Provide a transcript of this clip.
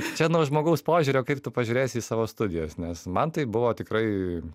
čia nuo žmogaus požiūrio kaip tu pažiūrėsi į savo studijas nes man tai buvo tikrai